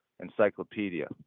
Encyclopedia